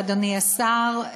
ואדוני השר,